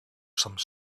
some